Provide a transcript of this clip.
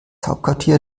hauptquartier